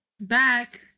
back